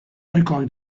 ohikoak